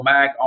Mac